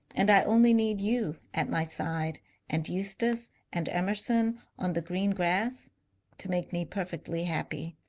and i only need you at my side and eustace and emerson on the green grass to make me perfectly happy